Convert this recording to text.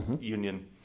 Union